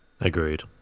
Agreed